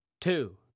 two